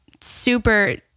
super